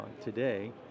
today